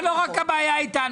זה לא רק הבעיה איתנו,